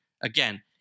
again-